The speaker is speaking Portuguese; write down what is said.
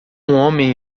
homem